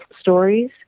stories